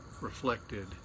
reflected